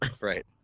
right